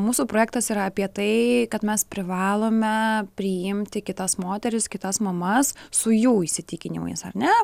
mūsų projektas yra apie tai kad mes privalome priimti kitas moteris kitas mamas su jų įsitikinimais ar ne